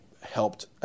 helped